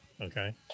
Okay